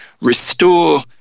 restore